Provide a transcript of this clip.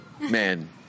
man